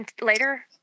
Later